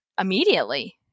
immediately